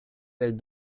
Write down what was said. del